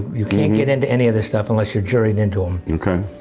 you can't get into any of this stuff unless you're juried into um